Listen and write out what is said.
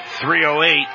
308